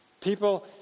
People